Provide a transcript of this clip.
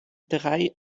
drei